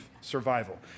survival